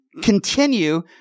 continue